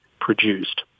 produced